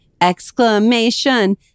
Exclamation